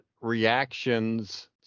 reactions